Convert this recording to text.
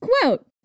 quote